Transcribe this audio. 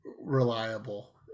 reliable